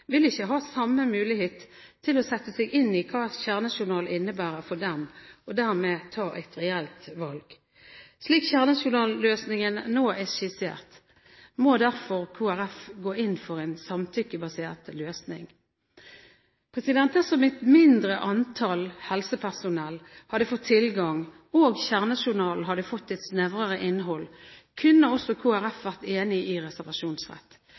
vil ikke ha samme mulighet til å sette seg inn i hva kjernejournal innebærer for dem, og dermed kunne ta et reelt valg. Slik kjernejournalløsningen nå er skissert, må derfor Kristelig Folkeparti gå inn for en samtykkebasert løsning. Dersom et mindre antall helsepersonell hadde fått tilgang til kjernejournalen og den hadde fått et snevrere innhold, kunne også Kristelig Folkeparti vært enig i reservasjonsrett.